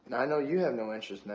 i know you have no interest,